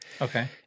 Okay